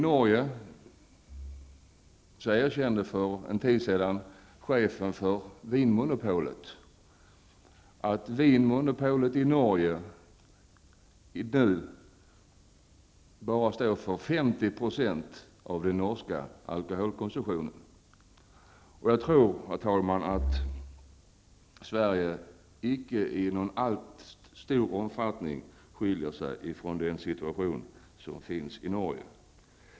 I Norge erkände för en tid sedan chefen för vinmonopolet att vinmonopolet i Norge nu bara står för 50 % av den alkohol som konsumeras i Norge. Jag tror, herr talman, att Sverige icke i någon större omfattning skiljer sig från Norge i det sammanhanget.